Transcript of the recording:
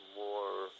more